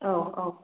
औ औ